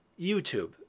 YouTube